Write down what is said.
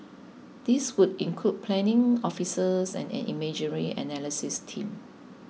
these would include planning officers and an imagery analysis team